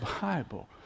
bible